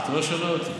אתה לא שומע אותי.